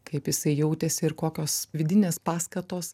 kaip jisai jautėsi ir kokios vidinės paskatos